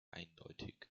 eindeutig